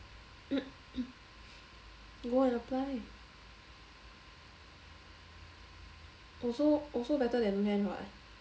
go and apply also also better than don't have [what]